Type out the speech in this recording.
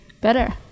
better